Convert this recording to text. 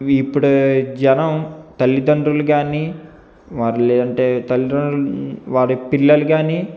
ఇవి ఇప్పుడు జనం తల్లిదండ్రులు కాని వారు లేరంటే తల్లిదండ్రులు వారి పిల్లలు కాని